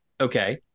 Okay